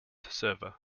server